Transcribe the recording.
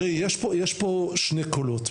ראי, יש פה שני קולות.